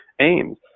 aims